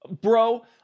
Bro